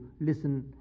listen